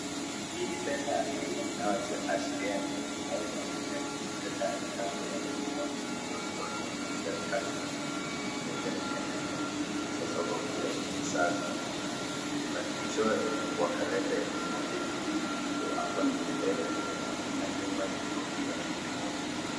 Hii ni pesa ya Kenya inayoashikria ni elfu moja na ni pesa ya kitambo ya elfu moja ilitolewa na serikali Mwigai Kenyatta kwa sababu ya ufisadi. Ilibadilishwa wakaleta elfu moja nyingine. Hapa ni mbele na nyuma ya noti ya elfu moja.